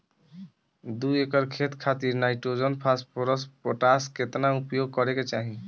दू एकड़ खेत खातिर नाइट्रोजन फास्फोरस पोटाश केतना उपयोग करे के चाहीं?